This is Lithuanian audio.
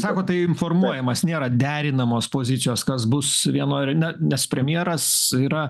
sakot tai informuojamas nėra derinamos pozicijos kas bus vienu ar ne nes premjeras yra